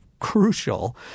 crucial